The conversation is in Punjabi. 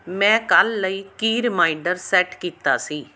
ਮੈਂ ਕੱਲ੍ਹ ਲਈ ਕੀ ਰੀਮਾਈਂਡਰ ਸੈੱਟ ਕੀਤਾ ਸੀ